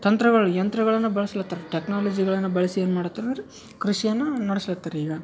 ತಂತ್ರಗಳು ಯಂತ್ರಗಳನ್ನು ಬಳಸ್ಲತ್ತರ ಟೆಕ್ನಾಲಜಿಗಳನ್ನು ಬಳಸಿ ಏನು ಮಾಡ್ತಾರಂದ್ರೆ ಕೃಷಿಯನ್ನು ನಡೆಸಲತ್ತರ ಈಗ